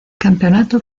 campeonato